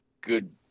good